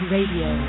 Radio